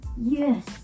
Yes